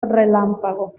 relámpago